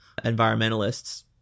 environmentalists